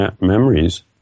memories